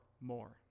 more